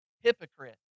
Hypocrite